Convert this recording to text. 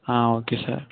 ah okay sir